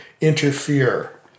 interfere